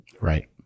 Right